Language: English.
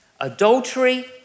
Adultery